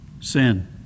sin